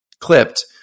clipped